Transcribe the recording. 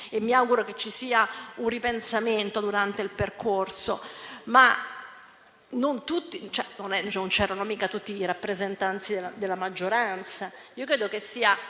e mi auguro che ci sia un ripensamento durante il percorso. Ma non erano presenti tutti i rappresentanti della maggioranza. Credo che sia